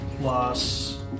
plus